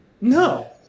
No